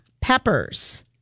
peppers